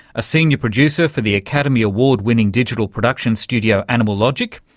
a senior producer for the academy-award winning digital production studio animal logic,